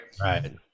Right